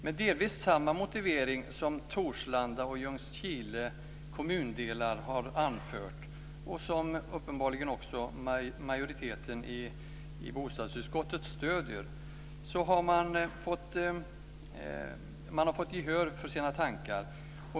Med delvis samma motivering som Torslanda och Ljungskile kommundelar har anfört, som uppenbarligen också majoriteten i bostadsutskottet stöder, har man fått gehör för sina tankar.